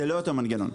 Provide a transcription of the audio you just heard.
לא.